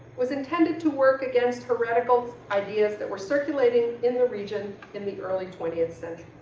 was intended to work against heretical ideas that were circulating in the region in the early twentieth century.